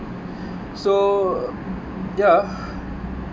so ya